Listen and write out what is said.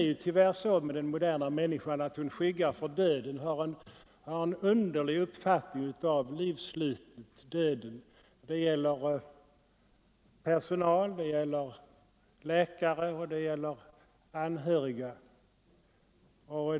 Det är tyvärr så med den moderna människan att hon skyggar för döden, har en underlig uppfattning om livsslutet, rädsla för döden. Det gäller personal, det gäller läkare och det gäller anhöriga.